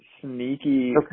sneaky